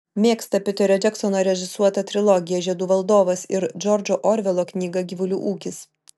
mėgsta piterio džeksono režisuotą trilogiją žiedų valdovas ir džordžo orvelo knygą gyvulių ūkis